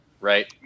right